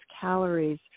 calories